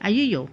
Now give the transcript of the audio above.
!aiyo! yo